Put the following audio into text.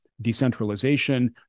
decentralization